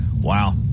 wow